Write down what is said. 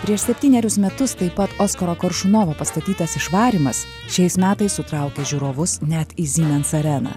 prieš septynerius metus taip pat oskaro koršunovo pastatytas išvarymas šiais metais sutraukia žiūrovus net į zymens areną